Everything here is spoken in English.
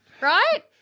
right